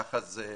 ככה זה,